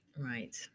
right